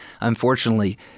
unfortunately